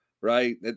right